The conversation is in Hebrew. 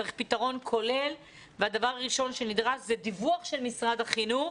צריך פתרון כולל והדבר הראשון שנדרש זה דיווח של משרד החינוך